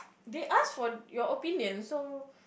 they asked for your opinion so